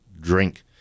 drink